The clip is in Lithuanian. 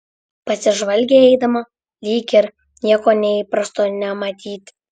pasižvalgė eidama lyg ir nieko neįprasto nematyti